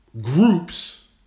groups